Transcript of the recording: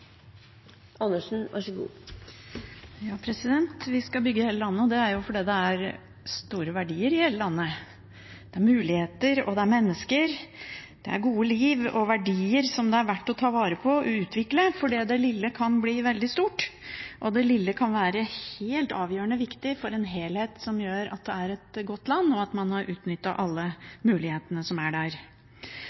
fordi det er store verdier i hele landet. Det er muligheter, det er mennesker, det er gode liv og verdier som det er verdt å ta vare på og utvikle. For det lille kan bli veldig stort, og det lille kan være helt avgjørende for en helhet som gjør at det er et godt land, og at man har utnyttet alle mulighetene som er der.